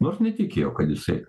nors netikėjau kad jisai